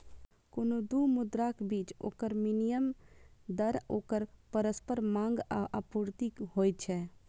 कोनो दू मुद्राक बीच ओकर विनिमय दर ओकर परस्पर मांग आ आपूर्ति होइ छै